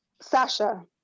Sasha